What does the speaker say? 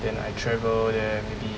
then I travel there maybe